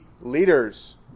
leaders